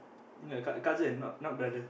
ya ka~ cousin not not brother